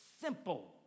simple